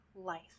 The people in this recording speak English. life